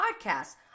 podcast